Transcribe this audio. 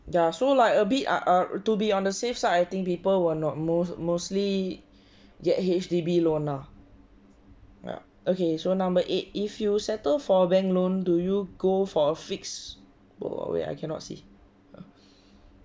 ya so like a be uh err to be on the safe side I think people will not most mostly get H_D_B loan ah ya okay so number eight if you settle for a bank loan do you go for a fixed wait I cannot see